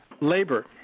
labor